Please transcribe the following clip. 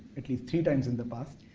at least three times in the past,